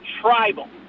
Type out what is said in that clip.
tribal